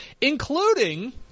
including